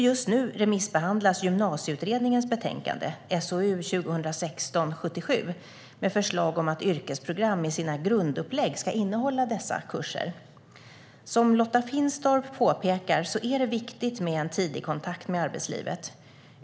Just nu remissbehandlas Gymnasieutredningens betänkande med förslag om att yrkesprogram i sina grundupplägg ska innehålla dessa kurser. Som Lotta Finstorp påpekar är det viktigt med en tidig kontakt med arbetslivet.